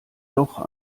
doch